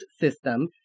system